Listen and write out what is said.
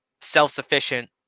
self-sufficient